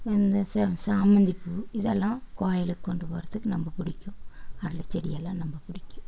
இந்த ச சாமந்திப்பூ இதெல்லாம் கோயிலுக்கு கொண்டு போகிறதுக்கு ரொம்ப பிடிக்கும் அரளிச் செடியெல்லாம் ரொம்ப பிடிக்கும்